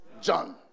John